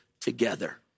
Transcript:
together